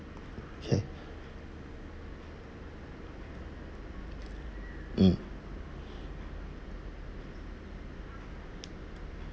K mm